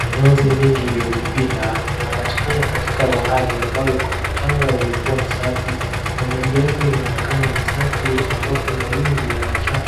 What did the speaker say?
Minazi mingi iliyojipinda ina patikana katika bahari ambayo ikona mchanga uliokuwa msafi, na maji yake yanaonekana masafi ambapo mawimbi